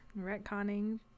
retconning